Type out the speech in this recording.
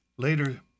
Later